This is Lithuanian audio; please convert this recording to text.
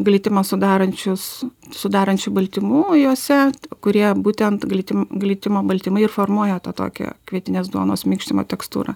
glitimą sudarančius sudarančių baltymų juose kurie būtent glitim glitimo baltymai ir formuoja tą tokią kvietinės duonos minkštimo tekstūrą